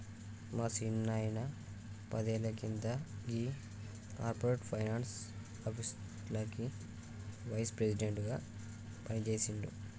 మా సిన్నాయిన పదేళ్ల కింద గీ కార్పొరేట్ ఫైనాన్స్ ఆఫీస్లకి వైస్ ప్రెసిడెంట్ గా పనిజేసిండు